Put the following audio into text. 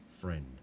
Friend